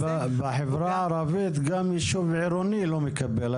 בחברה הערבית גם ישוב עירוני לא מקבל,